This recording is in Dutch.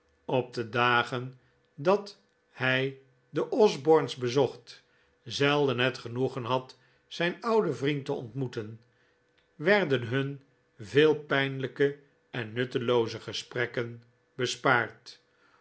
op de dagen dat hij de osbornes bezocht zelden het genoegen had zijn ouden vriend te ontmoeten werden hun veel pijnlijke en nuttelooze gesprekken bespaard